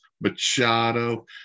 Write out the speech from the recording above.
Machado